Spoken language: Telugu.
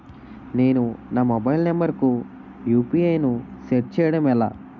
నేను నా మొబైల్ నంబర్ కుయు.పి.ఐ ను సెట్ చేయడం ఎలా?